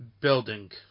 building